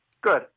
Good